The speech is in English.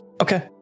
Okay